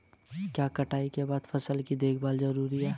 क्या कटाई के बाद फसल की देखभाल जरूरी है?